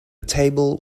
table